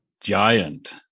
Giant